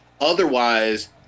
Otherwise